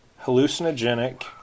hallucinogenic